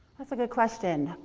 that's a good question.